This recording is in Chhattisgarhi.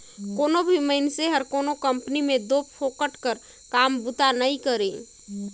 कोनो भी मइनसे हर कोनो कंपनी में दो फोकट कर काम बूता करे नई